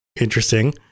Interesting